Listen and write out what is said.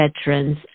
veterans